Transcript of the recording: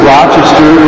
Rochester